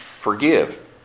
forgive